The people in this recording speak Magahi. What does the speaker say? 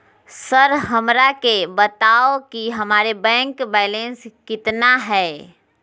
सर हमरा के बताओ कि हमारे बैंक बैलेंस कितना है?